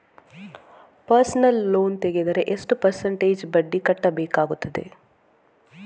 Personal loan ತೆಗೆದರೆ ಎಷ್ಟು percentage ಬಡ್ಡಿ ಕಟ್ಟಬೇಕಾಗುತ್ತದೆ?